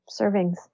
servings